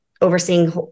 overseeing